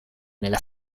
nella